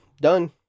done